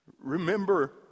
Remember